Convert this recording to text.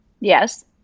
Yes